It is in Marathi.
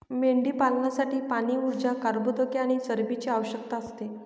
मेंढीपालनासाठी पाणी, ऊर्जा, कर्बोदके आणि चरबीची आवश्यकता असते